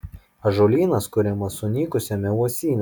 ąžuolynas kuriamas sunykusiame uosyne